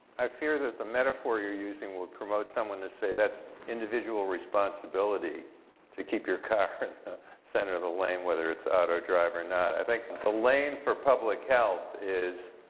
i fear that the metaphor you're using will promote someone to say that's individual responsibility to keep your car center of the lane whether it's auto-drive or not. i think the lane for public health is.